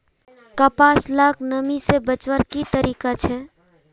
कपास लाक नमी से बचवार की तरीका छे?